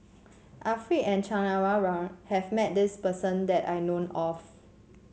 Arifin and Chan Kum Wah Roy has met this person that I know of